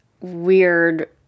weird